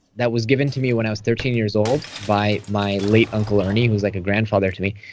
that was given to me when i was thirteen years old by my late uncle, ernie, who was like a grandfather to me.